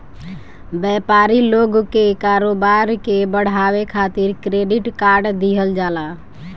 व्यापारी लोग के कारोबार के बढ़ावे खातिर क्रेडिट कार्ड दिहल जाला